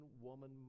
woman